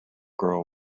girl